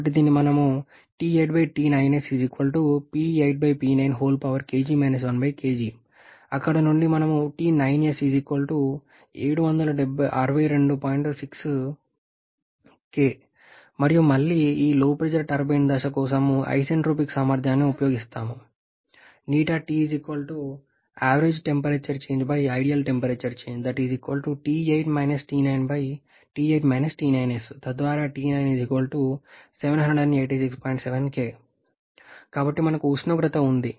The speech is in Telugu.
కాబట్టి మనం ఇలా వ్రాయవచ్చు అక్కడ నుండి మేము పొందుతున్నాము మరియు మళ్లీ ఈ LP టర్బైన్ దశ కోసం ఐసెంట్రోపిక్ సామర్థ్యాన్ని ఉపయోగిస్తాము తద్వారా కాబట్టి మనకు ఉష్ణోగ్రత ఉంది